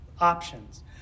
options